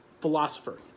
philosopher